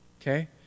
okay